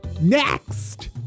Next